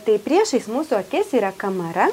tai priešais mūsų akis yra kamara